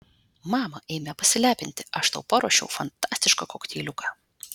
mama eime pasilepinti aš tau paruošiau fantastišką kokteiliuką